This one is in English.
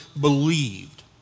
believed